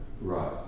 Right